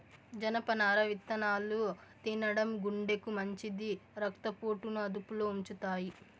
జనపనార విత్తనాలు తినడం గుండెకు మంచిది, రక్త పోటును అదుపులో ఉంచుతాయి